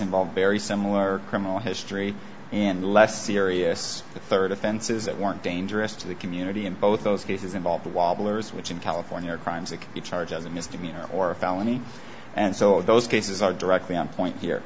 involve very similar criminal history and less serious the third offenses that weren't dangerous to the community in both those cases involve the wobblers which in california are crimes that can be charged as a misdemeanor or a felony and so those cases are directly on point here